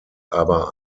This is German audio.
aber